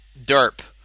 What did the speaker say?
derp